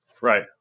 Right